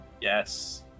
Yes